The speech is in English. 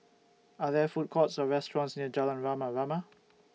Are There Food Courts Or restaurants near Jalan Rama Rama